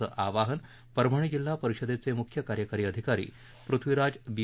असं आवाहन परभणी जिल्हा परिषदेचे मुख्य कार्यकारी अधिकारी पृथ्वीराज बी